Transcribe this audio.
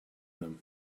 them